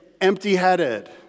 empty-headed